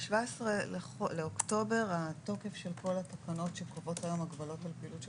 ב-17 באוקטובר התוקף של כל התקנות שקובעות היום הגבלות על פעילות של